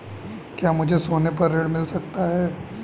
क्या मुझे सोने पर ऋण मिल सकता है?